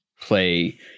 play